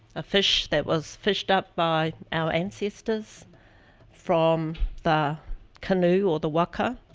a fish that was fished up by our ancestors from the canoe, or the waka,